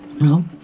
No